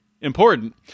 important